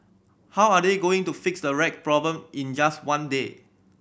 how are they going to fix the rat problem in just one day